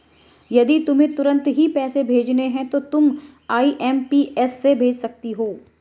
यदि तुम्हें तुरंत ही पैसे भेजने हैं तो तुम आई.एम.पी.एस से भेज सकती हो